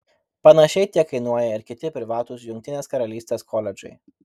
panašiai tiek kainuoja ir kiti privatūs jungtinės karalystės koledžai